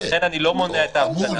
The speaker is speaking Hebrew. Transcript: ולכן אני לא מונע את ההפגנה.